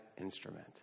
instrument